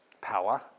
power